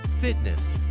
fitness